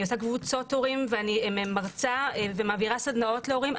אני עושה קבוצות הורים ואני מרצה ומעבירה סדנאות להורים.